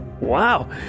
Wow